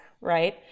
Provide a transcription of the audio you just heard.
right